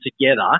together